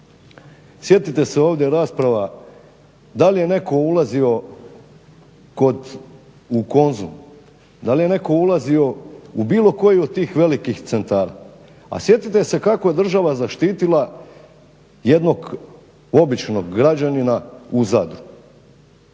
Sjetite se ovdje rasprava da li je netko ulazio u Konzum, da li je netko ulazio u bilo koju od tih velikih centara, a sjetite se kako je država zaštitila jednog običnog građanina u Zadru.